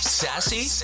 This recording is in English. sassy